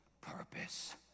purpose